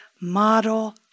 model